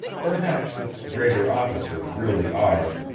perhaps its greater officers really are,